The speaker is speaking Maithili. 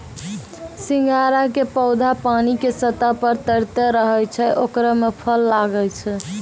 सिंघाड़ा के पौधा पानी के सतह पर तैरते रहै छै ओकरे मॅ फल लागै छै